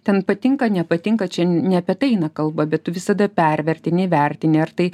ten patinka nepatinka čia ne apie tai eina kalba bet tu visada pervertini įvertini ar tai